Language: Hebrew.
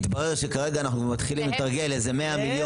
יתברר שכרגע אנחנו מתחילים להתרגל לאיזה 100 מיליון